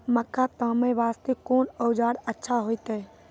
मक्का तामे वास्ते कोंन औजार अच्छा होइतै?